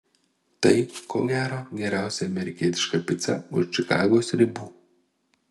tai ko gero geriausia amerikietiška pica už čikagos ribų